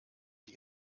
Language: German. die